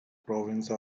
province